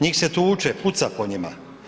Njih se tuče, puca po njima.